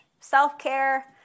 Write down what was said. self-care